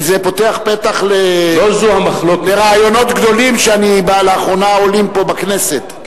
כי זה פותח פתח לרעיונות גדולים שלאחרונה עולים פה בכנסת.